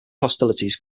hostilities